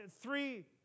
three